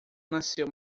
nasceu